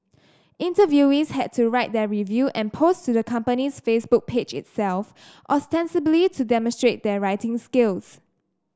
interviewees had to write their review and post to the company's Facebook page itself ostensibly to demonstrate their writing skills